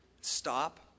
stop